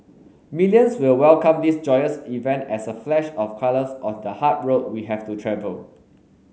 millions will welcome this joyous event as a flash of colours on the hard road we have to travel